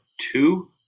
two